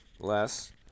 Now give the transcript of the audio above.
less